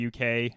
UK